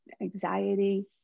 anxiety